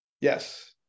Yes